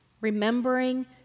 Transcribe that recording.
remembering